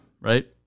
right